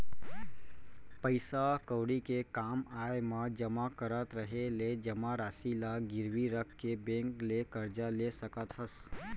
पइसा कउड़ी के काम आय म जमा करत रहें ले जमा रासि ल गिरवी रख के बेंक ले करजा ले सकत हस